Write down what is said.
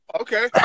Okay